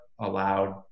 allowed